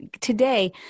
Today